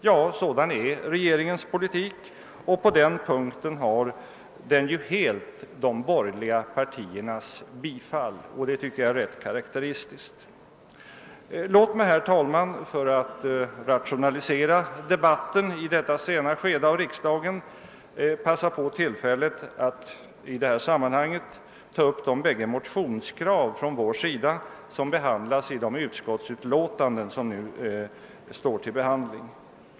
Ja, sådan är regeringens politik, och på den punkten har den ju helt de borgerliga partiernas stöd, och det tycker jag är ganska karakteristiskt. Låt mig för att rationalisera debatten i detta sena skede av riksdagen passa på tillfället att i detta sammanhang ta upp de bägge motionskrav från vår sida som behandlas i de utskottsutlåtanden som nu är föremål för debatt.